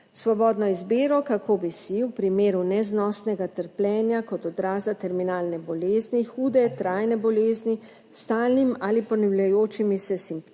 Svobodno izbiro, kako bi si v primeru neznosnega trpljenja kot odraza terminalne bolezni, hude trajne bolezni s stalnimi ali ponavljajočimi se simptomi